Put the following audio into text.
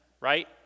right